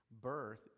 birth